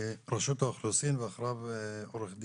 אנחנו נשמע את רשות האוכלוסין ואחר כך את